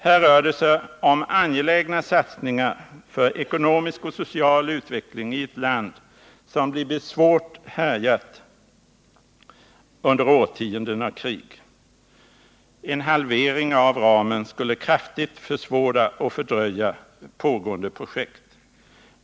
Här rör det sig om angelägna satsningar för ekonomisk och social utveckling i ett land som blivit svårt härjat under årtionden av krig. En halvering av ramen skulle kraftigt försvåra och fördröja pågående projekt.